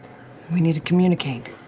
we need to communicate